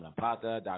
Dr